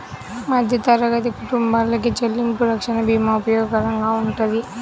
మధ్యతరగతి కుటుంబాలకి చెల్లింపు రక్షణ భీమా ఉపయోగకరంగా వుంటది